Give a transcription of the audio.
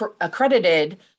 accredited